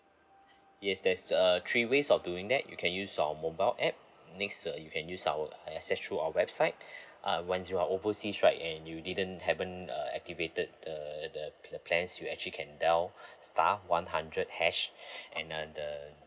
yes there's uh three ways of doing that you can use our mobile app next uh you can use our acc~ access through our website uh once you're overseas right and you didn't happen uh activated the the the plans you actually can dial star one hundred hash and uh the